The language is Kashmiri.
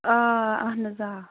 آ اَہَن حظ آ